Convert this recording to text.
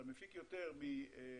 אתה מפיק יותר מלווייתן